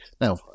Now